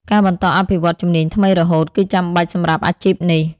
ការបន្តអភិវឌ្ឍន៍ជំនាញថ្មីរហូតគឺចាំបាច់សម្រាប់អាជីពនេះ។